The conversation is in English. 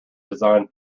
design